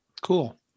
Cool